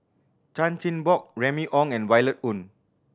Chan Chin Bock Remy Ong and Violet Oon